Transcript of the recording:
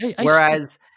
whereas